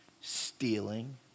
stealing